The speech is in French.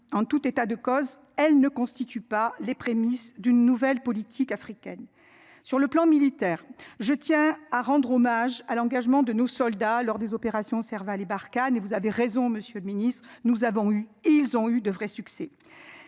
En tout état de cause, elle ne constitue pas les prémices d'une nouvelle politique africaine sur le plan militaire. Je tiens à rendre hommage à l'engagement de nos soldats lors des opérations Serval et Barkhane et vous avez raison, Monsieur le Ministre, nous avons eu, ils ont eu de vrai succès